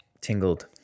Tingled